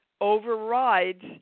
overrides